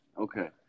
Okay